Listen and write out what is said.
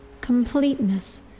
completeness